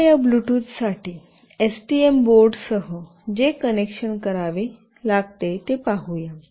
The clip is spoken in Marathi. आम्हाला या ब्लूटूथ साठी एसटीएम बोर्डसह जे कनेक्शन करावे ते पाहूया